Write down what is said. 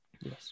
Yes